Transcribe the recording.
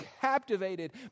captivated